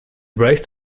braced